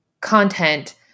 content